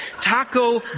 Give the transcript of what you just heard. Taco